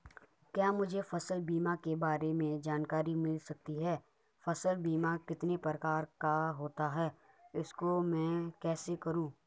क्या मुझे फसल बीमा के बारे में जानकारी मिल सकती है फसल बीमा कितने प्रकार का होता है इसको मैं कैसे करूँ?